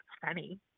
funny